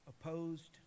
opposed